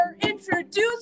introduce